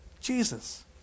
Jesus